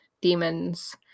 demons